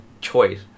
choice